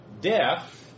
death